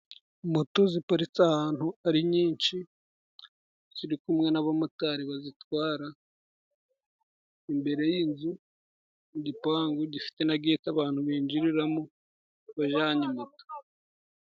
Moto ziparitse ahantu ari nyinshi, ziri kumwe n'abamotari bazitwara, imbere y'inzu mu gipangu gifite na geti abantu binjiriramo bajanye moto.